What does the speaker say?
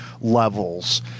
levels